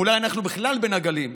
ואולי אנחנו בכלל בין הגלים,